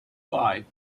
five